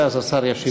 ואז השר ישיב.